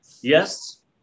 Yes